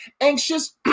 anxious